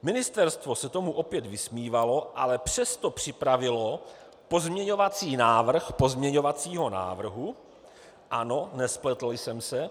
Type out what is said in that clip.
Ministerstvo se tomu opět vysmívalo, ale přesto připravilo pozměňovací návrh pozměňovacího návrhu ano, nespletl jsem se.